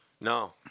No